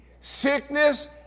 Sickness